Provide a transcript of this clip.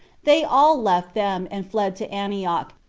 they all left them, and fled to antioch,